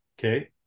okay